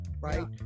right